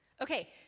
Okay